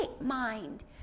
mind